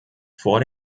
vor